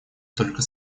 только